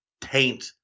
taint